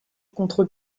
contre